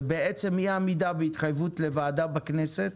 ובעצם אי עמידה בהתחייבות לוועדה בכנסת,